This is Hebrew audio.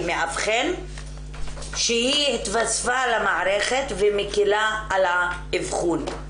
מאבחן שהתווספה למערכת ומקילה על האבחון.